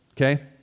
Okay